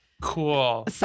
Cool